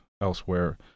elsewhere